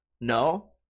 No